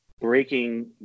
breaking